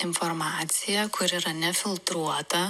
informaciją kuri yra nefiltruota